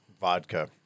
vodka